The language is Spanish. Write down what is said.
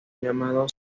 llamados